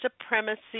supremacy